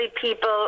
people